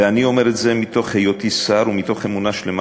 ואני אומר את זה מתוך היותי שר ומתוך אמונה שלמה